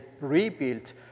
rebuilt